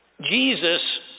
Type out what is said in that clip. Jesus